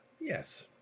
Yes